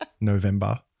november